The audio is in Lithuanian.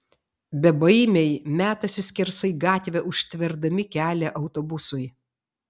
bebaimiai metasi skersai gatvę užtverdami kelią autobusui